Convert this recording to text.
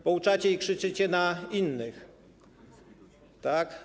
Pouczacie i krzyczycie na innych, tak?